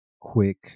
quick